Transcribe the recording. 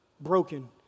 broken